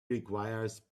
requires